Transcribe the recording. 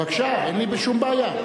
בבקשה, אין לי שום בעיה,